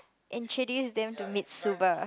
introduce them to Mitsuba